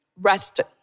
rested